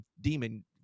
demon